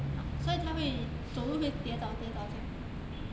ah 所以它会走路会跌倒跌倒这样